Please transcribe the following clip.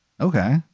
Okay